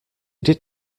did